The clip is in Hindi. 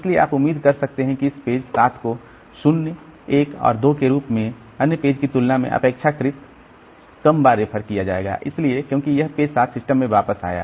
इसलिए आप उम्मीद कर सकते हैं कि इस पेज 7 को 0 1 और 2 के रूप में अन्य पेज की तुलना में अपेक्षाकृत कम बार रेफर किया जाएगा इसलिए क्योंकि यह पेज 7 सिस्टम में वापस आया